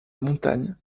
montagne